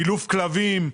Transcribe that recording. אילוף כלבים,